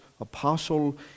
apostle